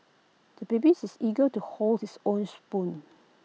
the babies is eager to hold his own spoon